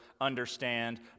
understand